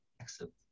Excellent